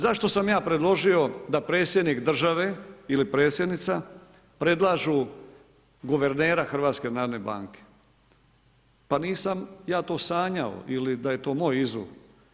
Zašto sam ja predložio da predsjednik države ili predsjednica, predlažu guvernera HNB-a, pa nisam ja to sanjao ili da je to moj izum.